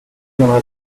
viendra